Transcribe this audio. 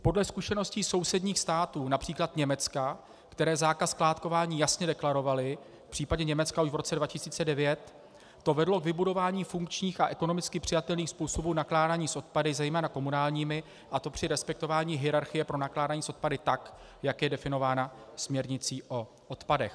Podle zkušeností sousedních států, například Německa, které zákaz skládkování jasně deklarovaly v případě Německa už v roce 2009 , to vedlo k vybudování funkčních a ekonomicky přijatelných způsobů nakládání s odpady, zejména komunálními, a to při respektování hierarchie pro nakládání s odpady tak, jak je definováno směrnicí o odpadech.